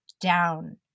down